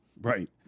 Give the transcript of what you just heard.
Right